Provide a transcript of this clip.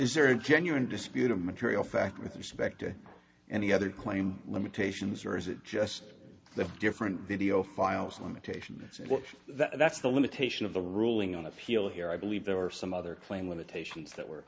is there a genuine dispute of material fact with respect to any other claim limitations or is it just the different video files limitation that's the limitation of the ruling on appeal here i believe there are some other claim limitations that